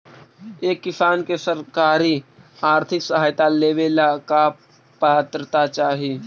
एक किसान के सरकारी आर्थिक सहायता लेवेला का पात्रता चाही?